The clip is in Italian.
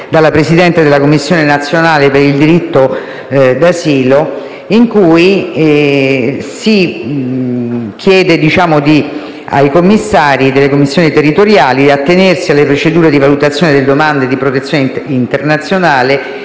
dalla Presidente per la Commissione nazionale per il diritto d'asilo, in cui si chiede ai commissari delle commissioni territoriali di attenersi alle procedure di valutazione delle domande di protezione internazionale,